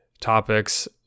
topics